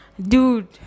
dude